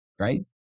Right